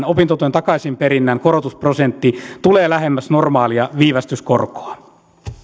opintotuen takaisinperinnän korotusprosentti tulee lähemmäs normaalia viivästyskorkoa